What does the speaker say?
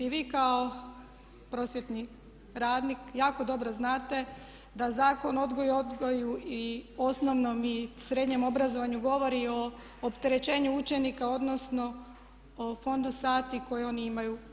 Vi kao prosvjedni radnik jako dobro znate da zakon o odgoju i osnovnom i srednjem obrazovanju govori o opterećenju učenika odnosno o fondu sati koji oni imaju.